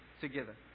together